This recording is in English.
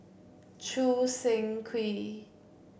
Choo Seng Quee